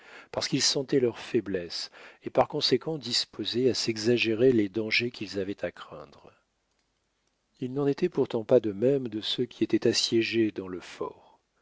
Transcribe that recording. parce qu'ils sentaient leur faiblesse et par conséquent disposés à s'exagérer les dangers qu'ils avaient à craindre il n'en était pourtant pas de même de ceux qui étaient assiégés dans le fort